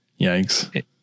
Yikes